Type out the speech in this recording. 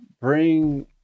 bring